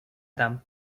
them